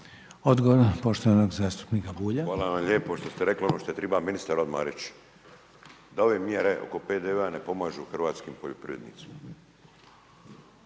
Odgovor poštovanog zastupnika Bulja. **Bulj, Miro (MOST)** Hvala vam lijepa što ste rekli ono što je trebao ministar odmah reći. Da ove mjere oko PDV-a ne pomažu hrvatskim poljoprivrednicima.